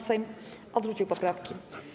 Sejm odrzucił poprawki.